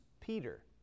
Peter